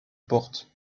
porte